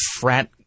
frat